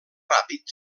ràpid